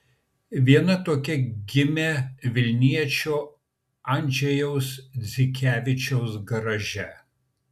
viena tokia gimė vilniečio andžejaus dzikevičiaus garaže